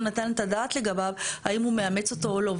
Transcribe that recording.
נתן את הדעת לגביו האם הוא מאמץ אותו או לא.